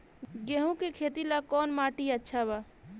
गेहूं के खेती ला कौन माटी अच्छा बा?